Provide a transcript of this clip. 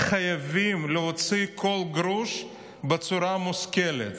חייבים להוציא כל גרוש בצורה מושכלת.